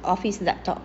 office laptop